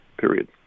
period